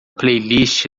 playlist